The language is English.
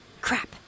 Crap